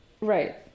Right